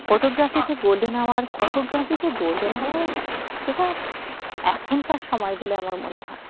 ফটোগ্রাফিতে golden hour ফটোগ্রাফিতে golden hour সেটা এখনকার সময় বলে আমার মনে হয়